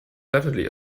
definitely